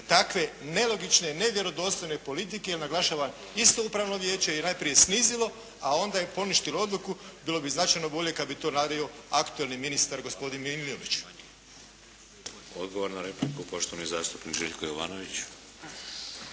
takve nelogične, nevjerodostojne politike. Naglašavam, isto upravo vijeće je najprije snizilo, a onda je poništilo odluku. Bilo bi značajno bolje kad bi to radio aktualni ministar gospodin Milinović. **Šeks, Vladimir (HDZ)** Odgovor na repliku, poštovani zastupnik Željko Jovanović.